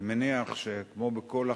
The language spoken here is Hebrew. אני מניח שכמו בכל הכללה,